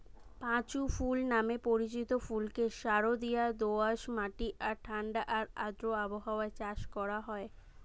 পাঁচু ফুল নামে পরিচিত ফুলকে সারদিয়া দোআঁশ মাটি আর ঠাণ্ডা আর আর্দ্র আবহাওয়ায় চাষ করা হয়